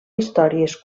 històries